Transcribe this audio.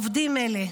עובדים אלה,